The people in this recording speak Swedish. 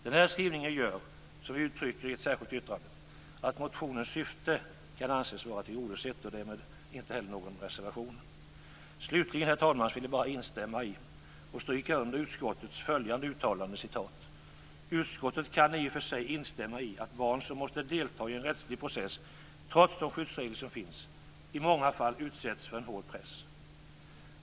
Denna skrivning gör, som vi uttrycker i ett särskilt yttrande, att motionens syfte kan anses vara tillgodosett. Därmed har vi inte heller någon reservation. Slutligen, herr talman, vill jag bara instämma i och stryka under följande uttalande från utskottet: "Utskottet kan i och för sig instämma i att barn som måste delta i en rättslig process, trots de skyddsregler som finns, i många fall utsätts för en hård press.